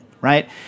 right